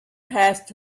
passed